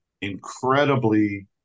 incredibly